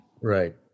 right